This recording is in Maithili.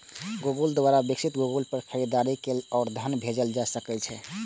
गूगल द्वारा विकसित गूगल पे सं खरीदारी कैल आ धन भेजल जा सकै छै